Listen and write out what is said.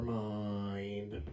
mind